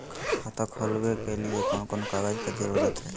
खाता खोलवे के लिए कौन कौन कागज के जरूरत है?